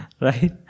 Right